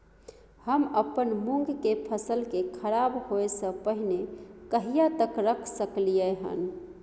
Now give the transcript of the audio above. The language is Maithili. हम अपन मूंग के फसल के खराब होय स पहिले कहिया तक रख सकलिए हन?